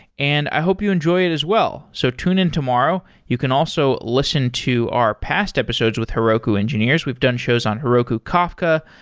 and i hope you enjoyed it as well. so tune in tomorrow. you can also listen to our past episodes with heroku engineers. we've done shows on heroku kafka,